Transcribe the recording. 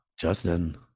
Justin